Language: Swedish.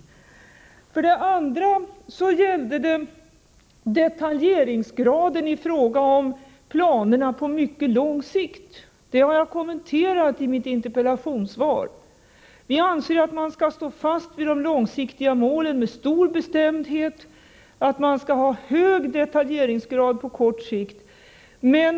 För det andra gällde det detaljeringsgraden i fråga om planerna på mycket lång sikt. Det har jag kommenterat i mitt interpellationssvar. Vi anser att man skall stå fast vid de långsiktiga målen med stor bestämdhet och att man skall ha hög detaljeringsgrad på kort sikt.